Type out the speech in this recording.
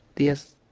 the eye.